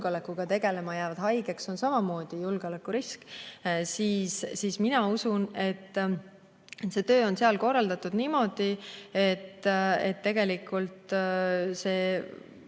julgeolekuga tegelema, jäävad haigeks, on samamoodi julgeolekurisk. Mina usun, et töö on neil korraldatud niimoodi, et tegelikult